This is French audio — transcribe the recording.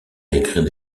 écrire